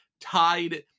tied